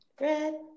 Red